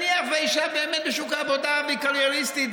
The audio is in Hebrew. נניח שאישה באמת בשוק העבודה והיא קרייריסטית,